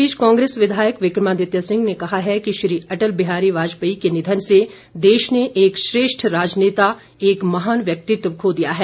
इस बीच कांग्रेस विधायक विक्रमादित्य सिंह ने कहा है कि श्री अटल बिहारी वाजपेयी के निधन से देश ने एक श्रेष्ठ राजनेता एक महान व्यक्तित्व खो दिया है